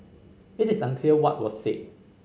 it is unclear what was said